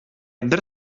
бер